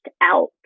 out